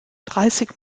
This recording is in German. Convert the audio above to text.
dreißig